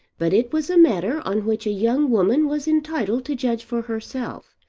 but it was a matter on which a young woman was entitled to judge for herself,